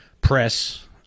press –